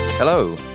Hello